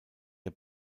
der